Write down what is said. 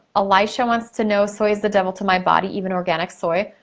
elijah wants to know, soy is the devil to my body, even organic soy.